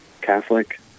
Catholic